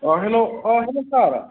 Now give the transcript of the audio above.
hello hello sir